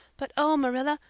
but oh, marilla,